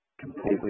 completely